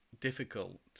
difficult